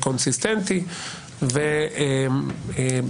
או "המודל האי-קונסיסטנטי".